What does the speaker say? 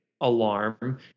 alarm